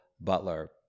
butler